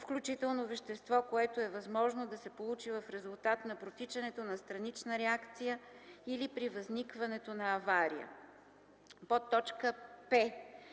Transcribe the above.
включително вещество, което е възможно да се получи в резултат на протичането на странична реакция или при възникването на авария.”; п)